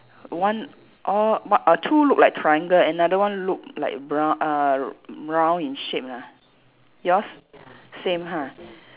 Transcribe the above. one all what uh two look like triangle another one look like brown uh r~ brown in shape lah yours same ha